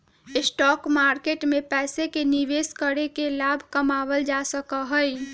stock market में पैसे के निवेश करके लाभ कमावल जा सका हई